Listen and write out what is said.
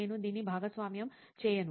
నేను దీన్ని భాగస్వామ్యం చేయను